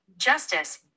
Justice